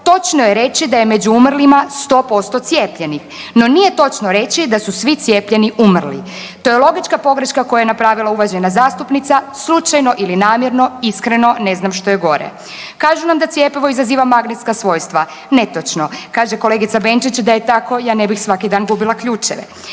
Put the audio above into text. točno je reći da je među umrlima 100% cijepljenih, no nije točno reći da su svi cijepljeni umrli. To je logička pogreška koju je napravila uvažena zastupnica slučajno ili namjerno iskreno ne znam što je gore. Kažu nam da cjepivo izaziva magnetska svojstva. Netočno, kaže kolegica Benčić da je tako ja ne bih svaki dan gubila ključeve.